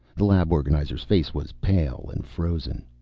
the lab organizer's face was pale and frozen.